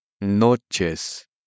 noches